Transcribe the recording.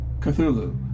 Cthulhu